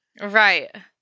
Right